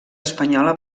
espanyola